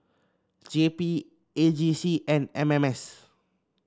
J P A J C and M M S